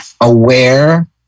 aware